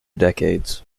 decades